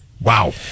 wow